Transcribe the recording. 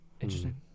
Interesting